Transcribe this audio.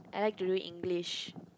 I like to do English